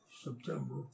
September